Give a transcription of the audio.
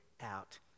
out